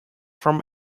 from